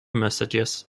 messages